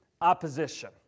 opposition